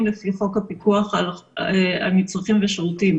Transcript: לפי חוק הפיקוח על מצרכים ושירותים.